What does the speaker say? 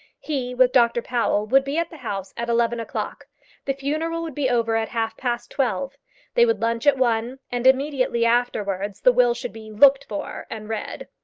he, with dr powell, would be at the house at eleven o'clock the funeral would be over at half-past twelve they would lunch at one, and immediately afterwards the will should be looked for and read.